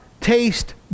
taste